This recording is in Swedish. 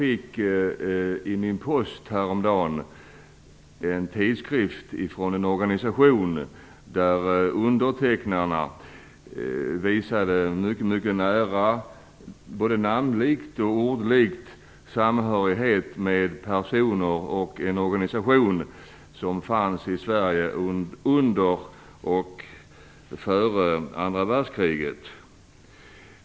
I min post häromdagen fick jag en tidskrift från en organisation där undertecknarna visade en mycket nära både ordlik och namnlik samhörighet med en organisation som fanns i Sverige före och under andra världskriget.